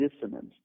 dissonance